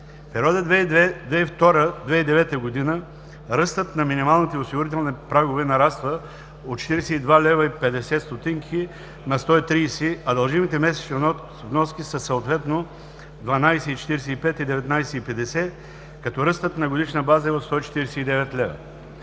В периода 2002 – 2009 г. ръстът на минималните осигурителни прагове нараства от 42,50 лв. на 130 лв., а дължимите месечни вноски са съответно 12,45 лв. и 19,50 лв., като ръстът на годишна база е от 149 лв.